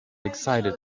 excited